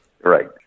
right